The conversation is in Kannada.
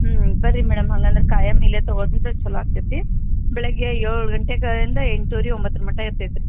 ಹ್ಞೂ ಬನ್ರಿ ಮೇಡಮ್ ಹಂಗಂದ್ರೆ ಕಾಯಂ ಇಲ್ಲೇ ತೊಗೋತಿದ್ದರೆ ಚೊಲೋ ಆಗ್ತೈತಿ ಬೆಳಿಗ್ಗೆ ಏಳು ಗಂಟೆಯಿಂದ ಎಂಟುವರೆ ಒಂಬತ್ತರ ಮಟ್ಟ ಇರ್ತೈತೆ ರೀ